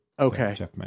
Okay